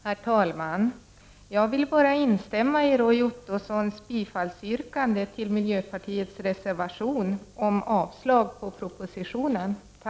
Herr talman! Jag vill bara instämma i Roy Ottossons yrkande om bifall till miljöpartiets reservation med yrkande om avslag på propositionen. Tack!